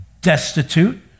destitute